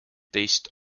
teist